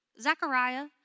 Zechariah